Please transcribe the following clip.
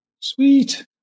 Sweet